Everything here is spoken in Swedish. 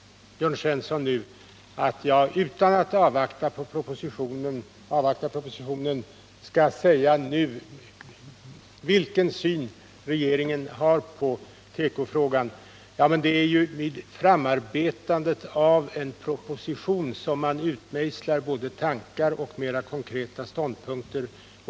Jörn Svensson begär att jag nu, utan att avvakta propositionen, skall redogöra för regeringens syn på tekofrågan. Till detta vill jag säga att det är vid framarbetandet av en proposition som man utmejslar såväl tankar som mera konkreta ståndpunkter.